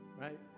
right